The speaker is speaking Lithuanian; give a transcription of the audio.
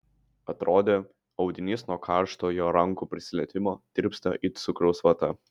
atrodė audinys nuo karšto jo rankų prisilietimo tirpsta it cukraus vata